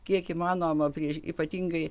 kiek įmanoma prieš ypatingai